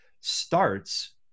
starts